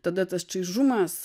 tada tas čaižumas